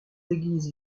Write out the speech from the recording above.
églises